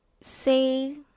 say